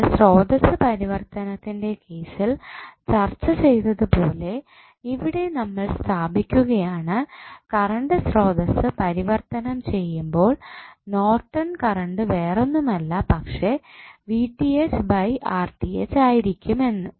നമ്മൾ സ്രോതസ്സ് പരിവർത്തനത്തിൻ്റെ കേസിൽ ചർച്ച ചെയ്തത് പോലെ ഇവിടെ നമ്മൾ സ്ഥാപിക്കുകയാണ് കറണ്ട് സ്രോതസ്സ് പരിവർത്തനം ചെയ്യുമ്പോൾ നോർട്ടൺ കറണ്ട് വേറൊന്നുമല്ല പക്ഷേ ആയിരിക്കും എന്ന്